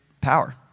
power